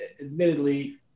admittedly